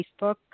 Facebook